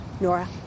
Nora